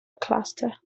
cluster